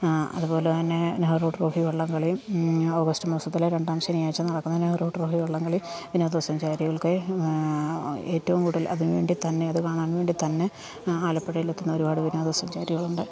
അതുപോലെ തന്നെ നെഹ്റു ട്രോഫി വള്ളംകളിയും ഓഗസ്റ്റ് മാസത്തിലെ രണ്ടാം ശനിയാഴ്ച്ച നടക്കുന്ന നെഹ്റു ട്രോഫി വള്ളംകളി വിനോദസഞ്ചാരികൾക്ക് ഏറ്റവും കൂടുതൽ അതിന് വേണ്ടി തന്നെ അത് കാണാൻ വേണ്ടി തന്നെ ആലപ്പുഴയിൽ എത്തുന്ന ഒരുപാട് വിനോദസഞ്ചാരികളുണ്ട്